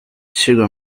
sugar